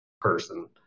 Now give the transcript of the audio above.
person